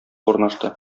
урнашты